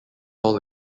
all